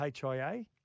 HIA